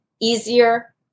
easier